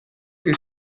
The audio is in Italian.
che